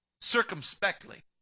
circumspectly